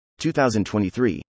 2023